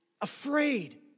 afraid